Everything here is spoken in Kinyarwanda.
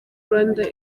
rwanda